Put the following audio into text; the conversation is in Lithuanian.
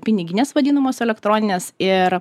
piniginės vadinamos elektroninės ir